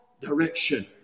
direction